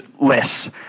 less